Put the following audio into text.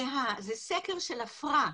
זה סקר של AFRA,